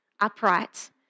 upright